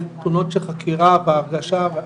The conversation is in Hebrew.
תלונות של חקירה בהרגשה,